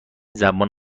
زبان